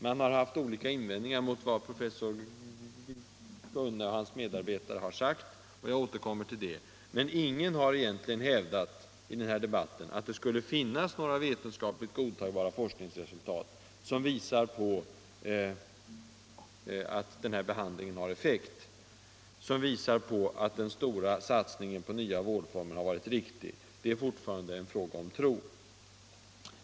Man har haft olika invändningar mot vad professor Gunne och hans medarbetare har sagt, och jag återkommer till det. Men ingen har egentligen hävdat att det skulle finnas några vetenskapligt godtagbara forskningsresultat som visar att den här behandlingen har effekt, att den stora satsningen på nya vårdformer har varit riktig. Det är fortfarande en fråga om tro.